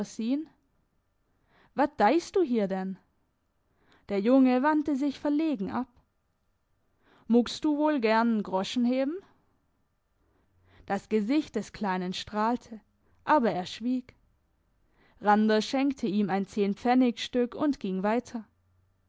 wat deihst du hier denn der junge wandte sich verlegen ab muggst du woll gern n groschen hebben das gesicht des kleinen strahlte aber er schwieg randers schenkte ihm ein zehnpfennigstück und ging weiter